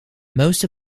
most